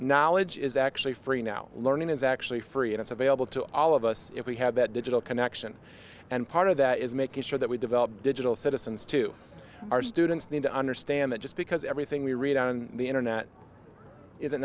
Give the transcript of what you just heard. knowledge is actually free now learning is actually free and it's available to all of us if we had that digital connection and part of that is making sure that we develop digital citizens to our students need to understand that just because everything we read on the internet is